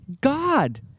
God